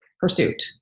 pursuit